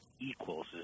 equals